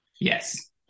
Yes